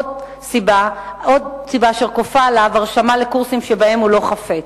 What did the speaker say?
עוד סיבה אשר כופה עליו הרשמה לקורסים שבהם הוא לא חפץ.